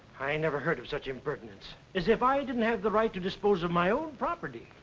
i never heard of such impertinence. as if i didn't have the right to dispose of my own property.